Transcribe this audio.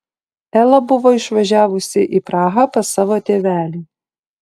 ela buvo išvažiavusi į prahą pas savo tėvelį